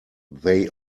they